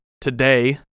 today